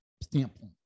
standpoint